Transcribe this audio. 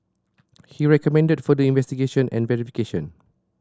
he recommended further investigation and verification